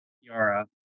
Yara